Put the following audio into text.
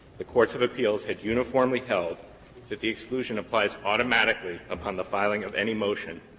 the courts of appeals had uniformly held that the exclusion applies automatically upon the filing of any motion,